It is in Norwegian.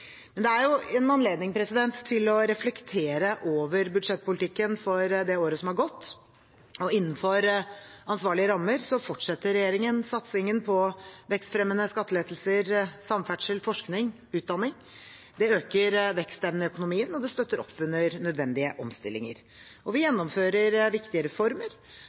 Men det er en anledning til å reflektere over budsjettpolitikken for det året som har gått, og innenfor ansvarlige rammer fortsetter regjeringen satsingen på vekstfremmende skattelettelser, samferdsel, forskning og utdanning. Det øker vekstevnen i økonomien, og det støtter opp under nødvendige omstillinger. Vi gjennomfører viktige reformer